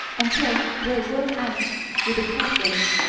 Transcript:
until they're worn out with the process,